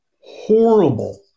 horrible